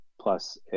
plus